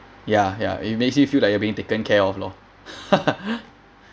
ya ya it makes you feel like you are being taken care of lor